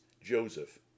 Joseph